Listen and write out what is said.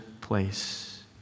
place